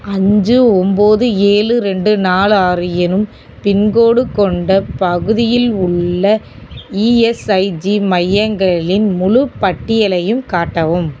அஞ்சு ஒம்போது ஏழு ரெண்டு நாலு ஆறு என்னும் பின்கோடு கொண்ட பகுதியில் உள்ள இஎஸ்ஐஜி மையங்களின் முழுப் பட்டியலையும் காட்டவும்